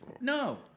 No